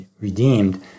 redeemed